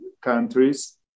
countries